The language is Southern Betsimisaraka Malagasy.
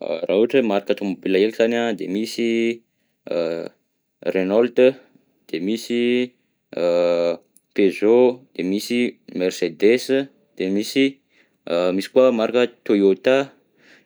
Raha ohatra hoe marika tômôbila heky zany an de misy a- Renault, de misy Peugeot, de misy a Mercedes, dia misy misy koa marika Toyota,